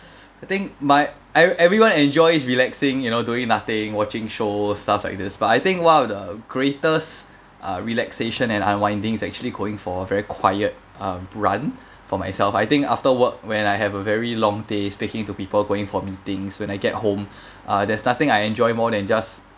I think my every everyone enjoys relaxing you know doing nothing watching show stuff like this but I think one of the greatest uh relaxation and unwinding is actually going for a very quiet uh run for myself I think after work when I have a very long day speaking to people going for meetings when I get home uh then starting I enjoy more than just